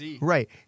Right